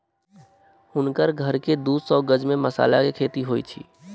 हुनकर घर के दू सौ गज में मसाला के खेती होइत अछि